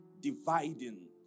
dividing